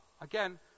again